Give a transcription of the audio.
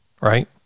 right